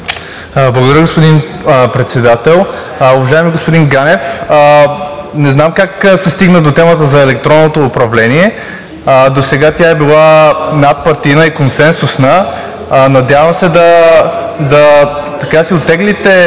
Благодаря, господин Председател. Уважаеми господин Ганев, не знам как се стигна до темата за електронното управление. Досега тя е била надпартийна и консенсусна. Надявам се да си оттеглите